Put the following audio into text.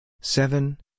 seven